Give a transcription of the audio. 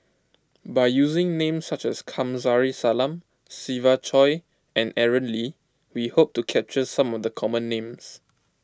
by using names such as Kamsari Salam Siva Choy and Aaron Lee we hope to capture some of the common names